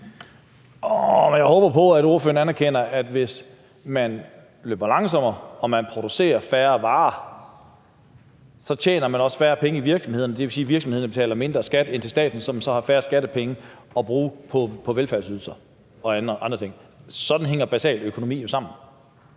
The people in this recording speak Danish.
Jeg håber på, at ordføreren anerkender, at hvis man løber langsommere og producerer færre varer, så tjener man også færre penge i virksomhederne, og det vil sige, at virksomhederne betaler mindre skat ind til staten, som så har færre skattepenge at bruge på velfærdsydelser og andre ting. Sådan hænger basal økonomi jo sammen,